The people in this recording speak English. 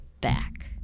back